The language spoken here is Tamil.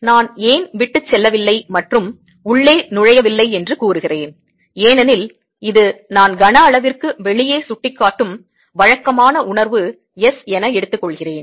நான் ஏன் விட்டுச் செல்லவில்லை மற்றும் உள்ளே நுழையவில்லை என்று கூறுகிறேன் ஏனெனில் இது நான் கனஅளவிற்கு வெளியே சுட்டிக்காட்டும் வழக்கமான உணர்வு s என எடுத்துக் கொள்கிறேன்